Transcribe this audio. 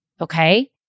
okay